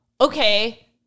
Okay